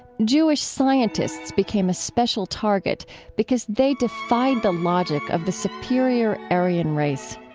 jewish scientists became a special target because they defied the logic of the superior aryan race.